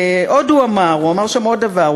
עוד הוא אמר, הוא אמר שם עוד דבר.